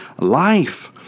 life